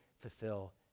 fulfill